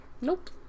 Nope